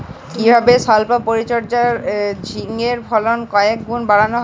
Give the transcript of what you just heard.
কিভাবে সল্প পরিচর্যায় ঝিঙ্গের ফলন কয়েক গুণ বাড়ানো যায়?